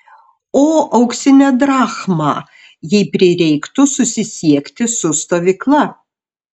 o auksinę drachmą jei prireiktų susisiekti su stovykla